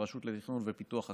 הרשות לתכנון ופיתוח הכפר,